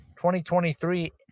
2023